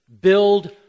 Build